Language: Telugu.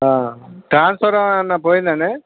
ట్రాన్స్ఫారం ఏమన్నా పోయిందా అండి